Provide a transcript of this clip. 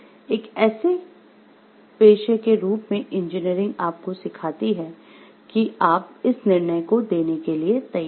एक पेशे के रूप में इंजीनियरिंग आपको सिखाती है कि आप इस निर्णय को देने के लिए तैयार हैं